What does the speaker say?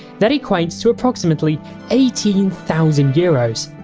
that equates to approximately eighteen thousand euros.